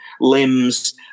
limbs